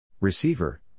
Receiver